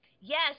yes